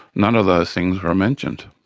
none of those things were mentioned.